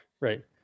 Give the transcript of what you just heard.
right